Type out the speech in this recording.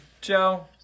Joe